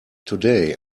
today